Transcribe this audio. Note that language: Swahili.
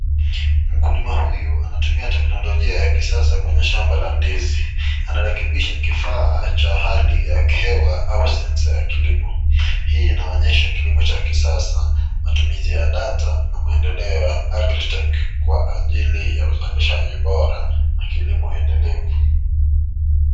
Mkulima huyu anatumia teknolijia ya kisasa kwenye shamba la ndizi. Anarekebisha kifaa cha hali ya hewa au sensa ya kilimo. Hii inaonyesha kilimo cha kisasa, matumizi ya data na maendeleo ya Agrotech kwa ajili ya uzalishaji bora na kilimo endelevu.